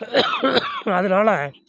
அதனால்